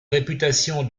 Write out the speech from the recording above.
réputation